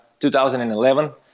2011